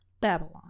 Babylon